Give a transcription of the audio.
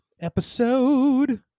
episode